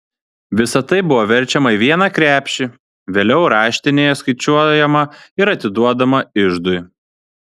visa tai buvo verčiama į vieną krepšį vėliau raštinėje skaičiuojama ir atiduodama iždui